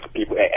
People